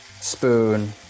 spoon